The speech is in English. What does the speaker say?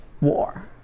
War